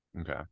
Okay